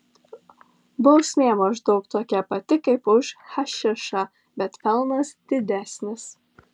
bausmė maždaug tokia pati kaip už hašišą bet pelnas didesnis